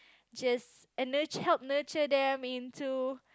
just and help nurture them into